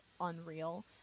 unreal